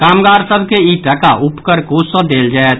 कामगार सभ के ई टाका उपकर कोष सॅ देल जायत